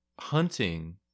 hunting